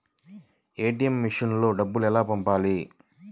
ATM మెషిన్లో డబ్బులు ఎలా పంపాలి?